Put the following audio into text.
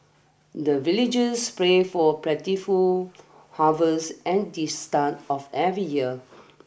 the villagers pray for plentiful harvest at the start of every year